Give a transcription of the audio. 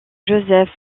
joseph